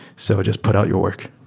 so just put out your work.